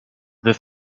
the